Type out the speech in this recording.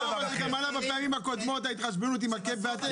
לא, זה גם עלה בפעמים הקודמות, ההתחשבנות עם הקאפ.